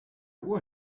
uhr